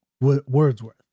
Wordsworth